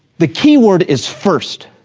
the key word is first.